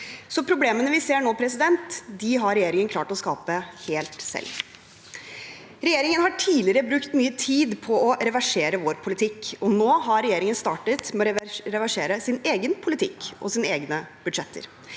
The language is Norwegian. problemene vi ser nå, har regjeringen klart å skape helt selv. Regjeringen har tidligere brukt mye tid på å reversere vår politikk, og nå har regjeringen startet med å reversere sin egen politikk og sine egne budsjetter.